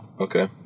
okay